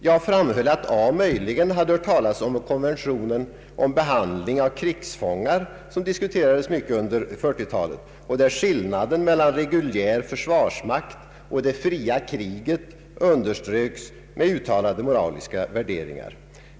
Jag framhöll att A möjligen hade hört talas om konventionen om behandling av krigsfångar som diskuterades mycket under 1940-talet och där skillnaden mellan reguljär försvarsmakt och det fria kriget underströks med uttalade moraliska värderingar.